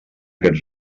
aquest